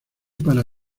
para